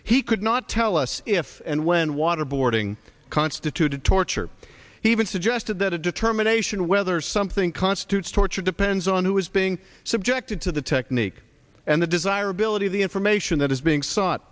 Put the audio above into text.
he could not tell us if and when waterboarding constituted torture he even suggested that a determination whether something constitutes torture depends on who is being subjected to the technique and the desirability of the information that is being sought